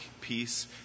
peace